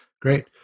Great